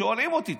היו שואלים אותי: